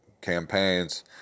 campaigns